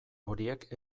horiek